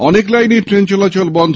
অনেক লাইনে ট্রেন চলাচল বন্ধ